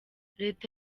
reta